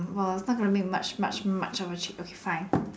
!wah! not gonna make much much much of a cha~ okay fine